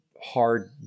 hard